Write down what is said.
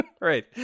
Right